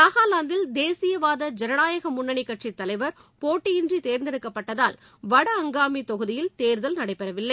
நாகலாந்தில் தேசியவாத ஜனநாயக முன்னணி கட்சித் தலைவர் போட்டியின்றி தேர்ந்தெடுக்கப்பட்டுள்ளதால் வட அங்காமி தொகுதியில் தேர்தல் நடைபெறவில்லை